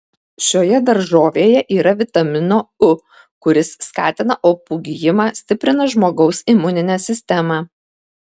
šioje daržovėje yra vitamino u kuris skatina opų gijimą stiprina žmogaus imuninę sistemą